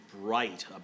bright